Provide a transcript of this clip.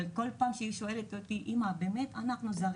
כל פעם היא שואלת אותי האם אנחנו באמת זרים.